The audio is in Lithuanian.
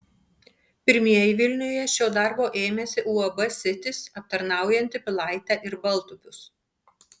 pirmieji vilniuje šio darbo ėmėsi uab sitis aptarnaujanti pilaitę ir baltupius